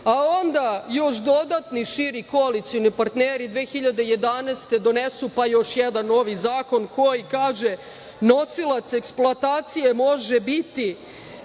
a onda još dodatni širi koalicioni partneri 2011. godine donesu, pa još jedan novi zakon koji kaže – nosilac eksploatacije može biti